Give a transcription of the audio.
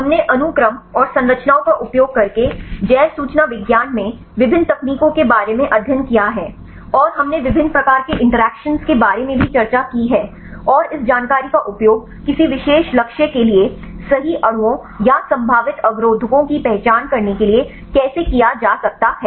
हमने अनुक्रम और संरचनाओं का उपयोग करके जैव सूचना विज्ञान में विभिन्न तकनीकों के बारे में अध्ययन किया है और हमने विभिन्न प्रकार के इंटरैक्शन के बारे में भी चर्चा की है और इस जानकारी का उपयोग किसी विशेष लक्ष्य के लिए सही अणुओं या संभावित अवरोधकों की पहचान करने के लिए कैसे किया जा सकता है